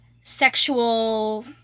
sexual